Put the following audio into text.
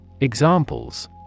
Examples